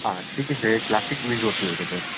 ꯁꯤꯒꯤꯁꯦ ꯀ꯭ꯂꯥꯁꯤꯛ ꯔꯤꯖꯣꯔꯠꯀꯤ ꯑꯣꯏꯒꯗꯣꯏꯔꯥ